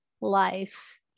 life